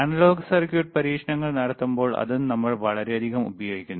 analogue circuit പരീക്ഷണങ്ങൾ നടത്തുമ്പോൾ അതും നമ്മൾ വളരെയധികം ഉപയോഗിക്കുന്നു